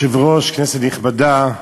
אדוני היושב-ראש, כנסת נכבדה,